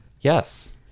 Yes